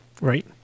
Right